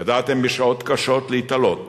ידעתם בשעות קשות להתעלות